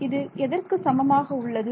மாணவர் இது எதற்கு சமமாக உள்ளது